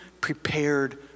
prepared